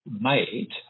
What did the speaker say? made